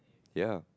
ya